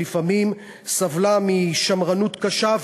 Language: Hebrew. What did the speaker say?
שלפעמים סבלה משמרנות קשה,